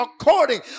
according